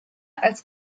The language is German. als